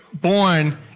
born